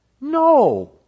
No